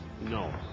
No